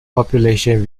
population